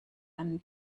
einen